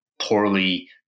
poorly